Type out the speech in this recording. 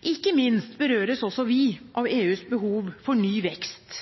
Ikke minst berøres også vi av EUs behov for ny vekst.